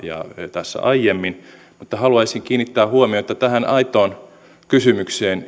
tässä aiemmin mutta haluaisin kiinnittää huomiota tähän aitoon kysymykseen